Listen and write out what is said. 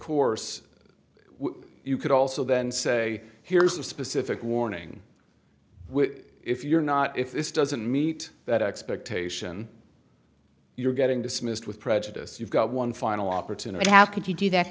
course we could also then say here's a specific warning if you're not if this doesn't meet that expectation you're getting dismissed with prejudice you've got one final opportunity how could you do that